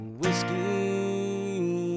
whiskey